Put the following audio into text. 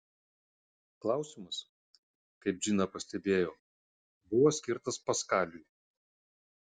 klausimas kaip džina pastebėjo buvo skirtas paskaliui